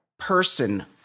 person